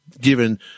given